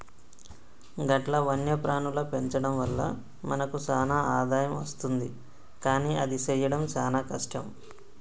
గట్ల వన్యప్రాణుల పెంచడం వల్ల మనకు సాన ఆదాయం అస్తుంది కానీ అది సెయ్యడం సాన కష్టం